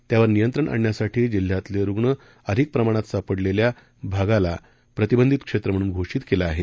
त्यावर नियंत्रण आणण्यासाठी जिल्ह्यातले रुग्ण अधिक प्रमाणात सापडलेल्या भागाला प्रतिबंधित क्षेत्र म्हणून घोषित केलं आहे